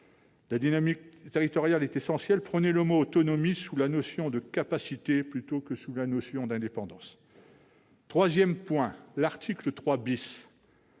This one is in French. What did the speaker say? La dynamique territoriale est essentielle. Prenez le mot « autonomie » sous la notion de capacité, plutôt que sous celle d'indépendance. J'en arrive enfin à l'article 3 ,